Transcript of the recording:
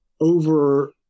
over